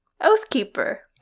Oathkeeper